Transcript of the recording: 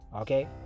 Okay